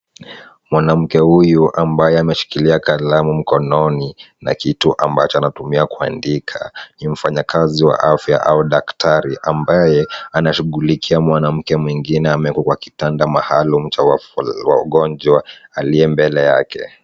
Mwanamke huyu ambaye ameshikilia kalamu mkononi, na kitu ambacho anatumia kuandika, ni mfanyikazi wa afya au daktari, ambaye anashughulikia mwanamke mwingine amewekwa kwa kitanda maalum cha wagonjwa aliye mbele yake.